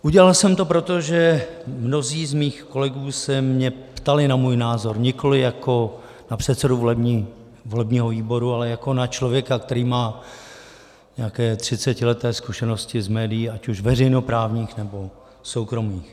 Udělal jsem to proto, že mnozí z mých kolegů se mě ptali na můj názor nikoli jako na předsedu volebního výboru, ale jako na člověka, který má nějaké třicetileté zkušenosti z médií, ať už veřejnoprávních, nebo soukromých.